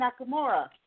Nakamura